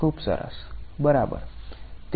ખુબ સરસ બરાબર